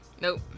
nope